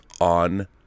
on